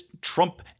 Trump